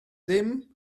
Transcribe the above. ddim